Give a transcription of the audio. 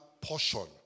portion